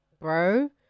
bro